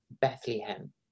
Bethlehem